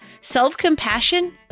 Self-compassion